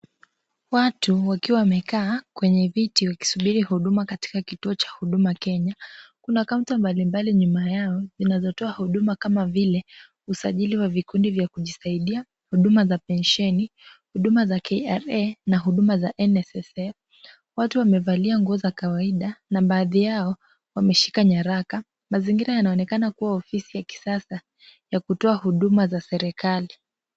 Watu wakiwa wamekaa kwenye viti wakisubiri huduma katika kituo cha huduma Kenya. Kuna kaunta mbalimbali nyuma yao zinazotoa huduma kama vile, usajili wa vikundi vya kujisaidia, huduma za pensheni huduma za [KRA] na huduma za [NSSF]. Watu wamevalia nguo za kawaida na baadhi yao wameshika nyaraka na zingine inaonekana kuwa ofisi za kisasa ya kutoa huduma za serikali.